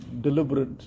deliberate